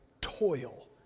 toil